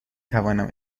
توانم